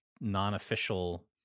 non-official